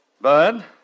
Bud